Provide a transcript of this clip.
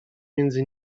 między